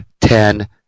ten